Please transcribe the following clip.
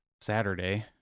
Saturday